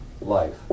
life